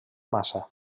massa